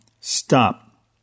Stop